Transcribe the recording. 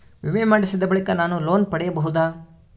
ವಿಮೆ ಮಾಡಿಸಿದ ಬಳಿಕ ನಾನು ಲೋನ್ ಪಡೆಯಬಹುದಾ?